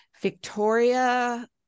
Victoria